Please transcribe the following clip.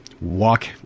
walk